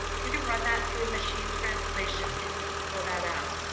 you can run that through machine translation and you can pull that out.